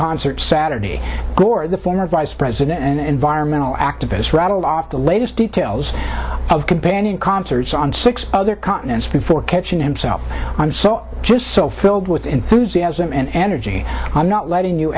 concert saturday gore the former vice president and environmental activists rattled off the latest details of companion concerts on six other continents before catching himself i'm so just so filled with enthusiasm and energy i'm not letting you